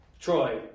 Troy